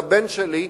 לבן שלי,